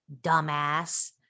dumbass